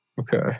Okay